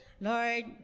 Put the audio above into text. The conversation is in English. Lord